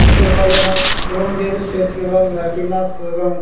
সেচের প্রয়োজন হয় এবং যেহেতু সেচ এবং কীটনাশ এবং